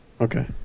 Okay